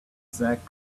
zach